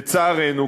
לצערנו,